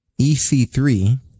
EC3